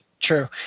True